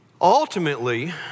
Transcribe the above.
Ultimately